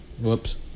Whoops